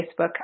Facebook